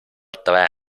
tre